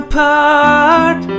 Apart